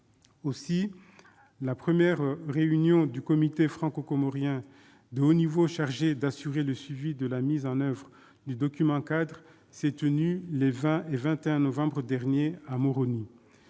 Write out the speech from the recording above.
Aussi, la première réunion du comité franco-comorien de haut niveau chargé d'assurer le suivi de la mise en oeuvre du document-cadre s'est tenue les 20 et 21 novembre dernier à Moroni.